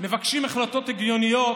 ומבקשים החלטות הגיוניות,